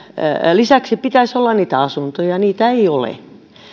lisäksi pitäisi olla asuntoja ja niitä ei ole